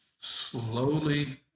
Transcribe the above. slowly